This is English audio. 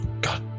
God